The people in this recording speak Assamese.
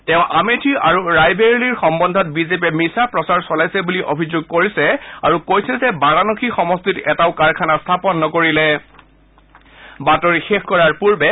তেওঁ আমেথি আৰু ৰায়বেৰেলীৰ সম্বন্ধত বিজেপিয়ে মিছা প্ৰচাৰ চলাইছে বুলি অভিযোগ কৰিছে আৰু কৈছে যে বাৰাণসী সমষ্টিত এটাও কাৰখানা স্থাপন নকৰিলে